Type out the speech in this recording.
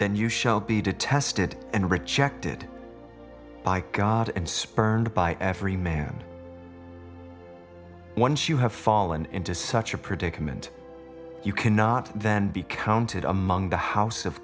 then you shall be detested and rejected by god and spurned by every man once you have fallen into such a predicament you cannot then be counted among the house